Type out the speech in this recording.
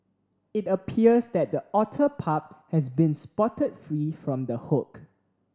it appears that the otter pup has been spotted free from the hook